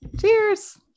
Cheers